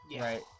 right